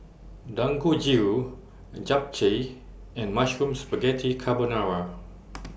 Dangojiru Japchae and Mushroom Spaghetti Carbonara